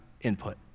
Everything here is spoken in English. input